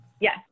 yes